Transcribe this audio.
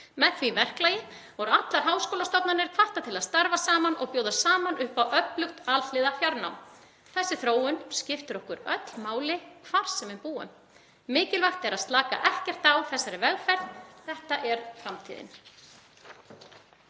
Með því verklagi voru allar háskólastofnanir hvattar til að starfa saman og bjóða saman upp á öflugt alhliða fjarnám. Þessi þróun skiptir okkur öll máli hvar sem við búum. Mikilvægt er að slaka ekkert á þessari vegferð. Þetta er framtíðin.